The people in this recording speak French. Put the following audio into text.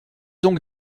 donc